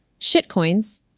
Shitcoins